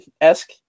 esque